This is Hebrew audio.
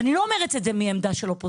ואני לא אומרת את זה מעמדה של אופוזיציה.